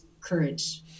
courage